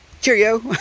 cheerio